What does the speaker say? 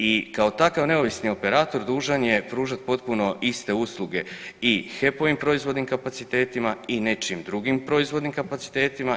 I kao takav neovisni operator dužan je pružat potpuno iste usluge i HEP-ovim proizvodnim kapacitetima i nečijim drugim proizvodnim kapacitetima.